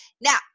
Now